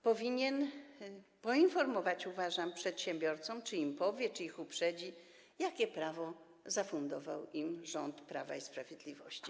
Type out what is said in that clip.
Powinien on poinformować, uważam, przedsiębiorców, powiedzieć im czy ich uprzedzić, jakie prawo zafundował im rząd Prawa i Sprawiedliwości.